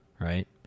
right